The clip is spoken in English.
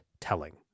telling